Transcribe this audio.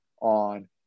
on